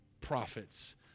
prophets